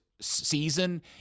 season